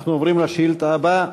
אנחנו עוברים לשאילתה הבאה.